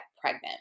pregnant